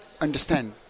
understand